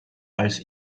als